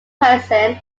person